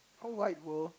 whole wide world